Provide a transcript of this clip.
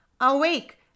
awake